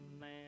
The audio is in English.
man